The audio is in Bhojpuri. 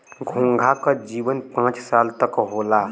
घोंघा क जीवन पांच साल तक क होला